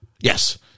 Yes